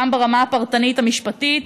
גם ברמה הפרטנית המשפטית,